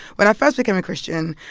when i first became a christian,